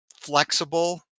flexible